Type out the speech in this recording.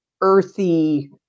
earthy